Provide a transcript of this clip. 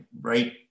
right